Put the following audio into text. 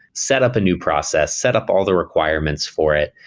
set up a new process, set up all the requirements for it,